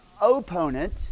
opponent